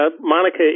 Monica